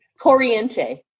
corriente